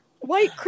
white